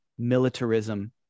militarism